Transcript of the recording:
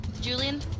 Julian